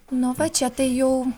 nu va čia tai jau